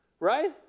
right